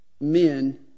men